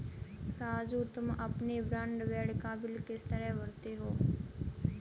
राजू तुम अपने ब्रॉडबैंड का बिल किस तरह भरते हो